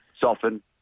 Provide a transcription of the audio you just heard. soften